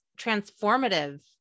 transformative